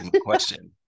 Question